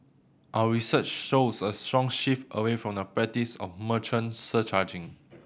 our research shows a strong shift away from the practice of merchant surcharging